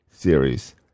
series